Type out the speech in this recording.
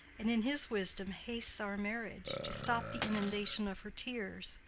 and in his wisdom hastes our marriage to stop the inundation of her tears,